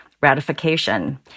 ratification